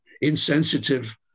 insensitive